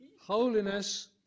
Holiness